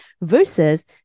Versus